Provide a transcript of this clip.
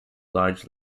large